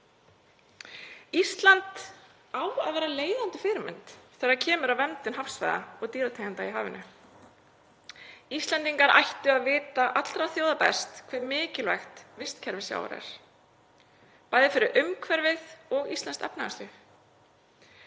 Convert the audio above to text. Ísland á að vera leiðandi fyrirmynd þegar kemur að verndun hafsvæða og dýrategunda í hafinu. Íslendingar ættu að vita allra þjóða best hve mikilvægt vistkerfi sjávar er, bæði fyrir umhverfið og íslenskt efnahagslíf.